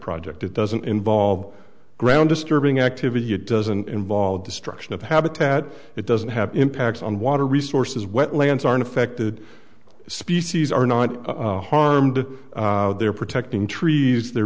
project it doesn't involve ground disturbing activity it doesn't involve destruction of habitat it doesn't have impacts on water resources wetlands aren't affected species are not harmed they're protecting trees there